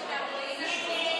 של קבוצת סיעת הרשימה המשותפת,